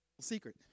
secret